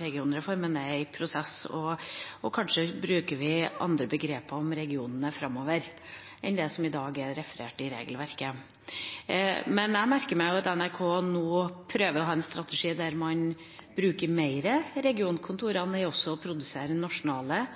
Regionreformen er i prosess, og kanskje bruker vi andre begreper om regionene framover enn det som i dag er referert til i regelverket. Jeg merker meg at NRK nå prøver å ha en strategi der man bruker regionkontorene mer til også å produsere nasjonale